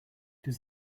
does